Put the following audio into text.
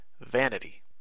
Vanity